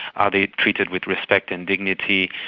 are they treated with respect and dignity?